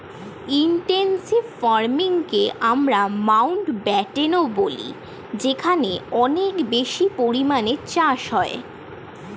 intensive ফার্মিংকে আমরা মাউন্টব্যাটেনও বলি যেখানে অনেক বেশি পরিমাণে চাষ হয়